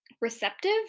receptive